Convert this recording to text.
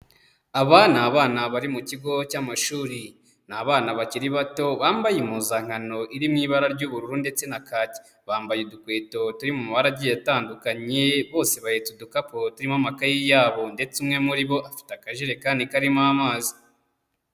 Aba ni abana bari mu kigo cy'amashuri, ni abana bakiri bato bambaye impuzankano iri mu ibara ry'ubururu ndetse na kacye, bambaye udukweto turi mu mabara agiye atandukanye, bose bahetse udukapu turimo amakayi yabo, ndetse umwe muri bo afite akajerekani karimo amazi.